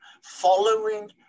following